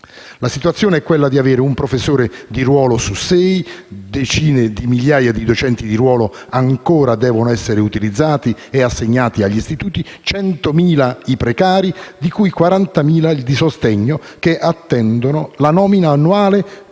La situazione è quella di avere un professore di ruolo su sei, mentre decine di migliaia di docenti di ruolo ancora devono essere utilizzati e assegnati agli istituti; 100.000 sono gli insegnanti precari, di cui 40.000 di sostegno, che attendono la nomina annuale